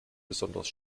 besonders